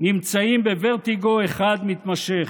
נמצאים בוורטיגו אחד מתמשך.